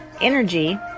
energy